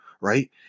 right